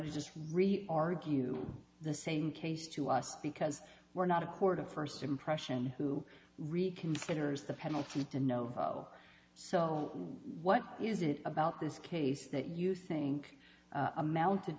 to just really argue the same case to us because we're not a court of first impression who reconsiders the penalty to novo so what is it about this case that you think amounted